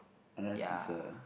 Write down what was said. unless is a